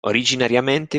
originariamente